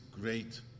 great